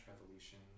Revolution